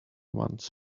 months